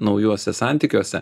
naujuose santykiuose